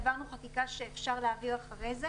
העברנו חקיקה שאפשר להעביר אחר כך,